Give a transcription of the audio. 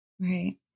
Right